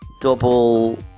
double